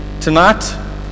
tonight